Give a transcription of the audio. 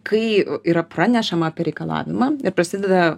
kai yra pranešama apie reikalavimą ir prasideda